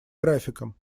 графиком